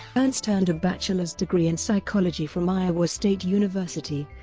ernst earned a bachelor's degree in psychology from iowa state university,